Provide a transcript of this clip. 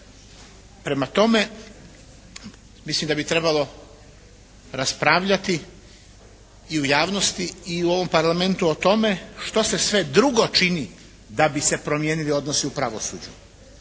Prema tome, mislim da bi trebalo raspravljati i u javnosti i u ovom Parlamentu o tome što se sve drugo čini da bi se promijenili odnosi u pravosuđu.